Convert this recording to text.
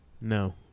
No